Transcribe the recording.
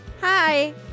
Hi